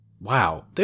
Wow